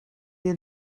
een